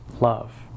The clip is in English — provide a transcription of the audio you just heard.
love